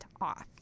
off